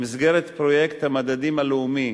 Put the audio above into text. במסגרת פרויקט המדדים הלאומי